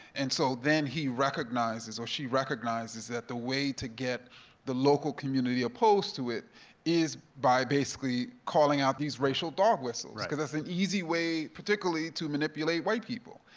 and so then he recognizes, or she recognizes that the way to get the local community opposed to it is by basically calling out these racial dog whistles because that's an easy way, particularly to manipulate white people.